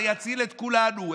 זה יציל את כולנו,